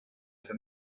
för